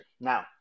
Now